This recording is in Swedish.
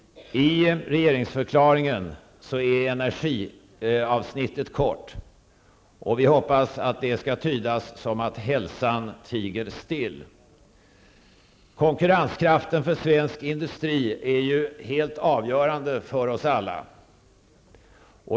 I regeringsförklaringen är energiavsnittet kort, och vi hoppas att det skall tydas som att hälsan tiger still. Konkurrenskraften för svensk industri är ju helt avgörande för oss alla.